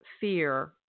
fear